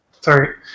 sorry